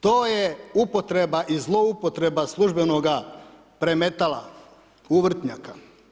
To je upotreba i zloupotreba službenoga premetala, uvrtnjaka.